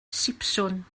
sipsiwn